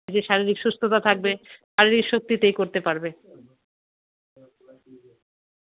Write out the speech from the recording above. নিজের শারীরিক সুস্থতা থাকবে শারীরিক শক্তিতেই করতে পারবে